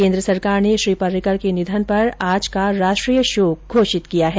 केन्द्र सरकार ने श्री पर्रिकर के निधन पर आज का राष्ट्रीय शोक घोषित किया है